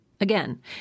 Again